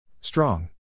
Strong